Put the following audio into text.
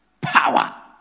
Power